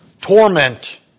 torment